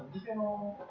general